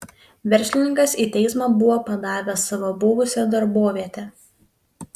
verslininkas į teismą buvo padavęs savo buvusią darbovietę